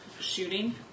shooting